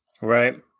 Right